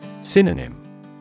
Synonym